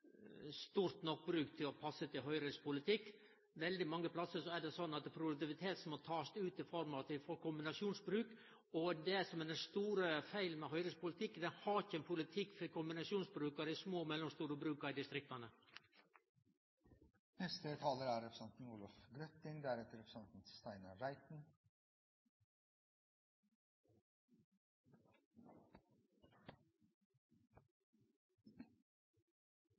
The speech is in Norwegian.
stort nok til å passe til Høgres politikk. Veldig mange plassar er det slik at produktivitet må takast ut i form av at vi får kombinasjonsbruk. Det som er den store feilen med Høgres politikk, er at dei ikkje har ein politikk for kombinasjonsbruk av dei små og mellomstore bruka i distrikta. Jeg vil slå et slag for fjellandbruket, som jeg er